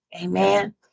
amen